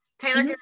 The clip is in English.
Taylor